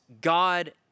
God